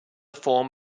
form